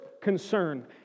concern